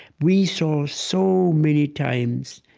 we saw so many times